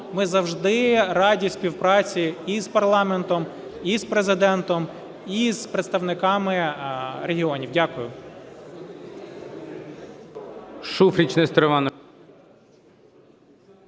Ми завжди раді співпраці і з парламентом, і з Президентом, і з представниками регіонів. Дякую.